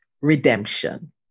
redemption